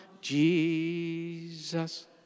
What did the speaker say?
Jesus